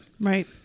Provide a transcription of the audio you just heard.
right